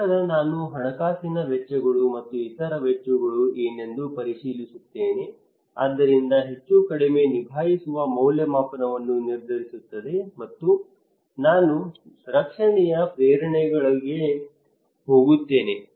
ನಂತರ ನಾನು ಹಣಕಾಸಿನ ವೆಚ್ಚಗಳು ಮತ್ತು ಇತರ ವೆಚ್ಚಗಳು ಏನೆಂದು ಪರಿಶೀಲಿಸುತ್ತೇನೆ ಆದ್ದರಿಂದ ಹೆಚ್ಚುಕಡಿಮೆ ನಿಭಾಯಿಸುವ ಮೌಲ್ಯಮಾಪನವನ್ನು ನಿರ್ಧರಿಸುತ್ತದೆ ಮತ್ತು ನಾನು ರಕ್ಷಣೆಯ ಪ್ರೇರಣೆಗಳಿಗೆ ಹೋಗುತ್ತೇನೆ